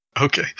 Okay